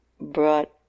brought